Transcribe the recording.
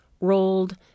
rolled